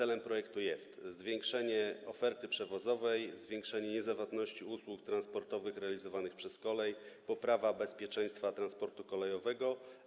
Celem projektu jest zwiększenie oferty przewozowej, zwiększenie niezawodności usług transportowych realizowanych przez kolej, poprawa bezpieczeństwa transportu kolejowego.